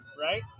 right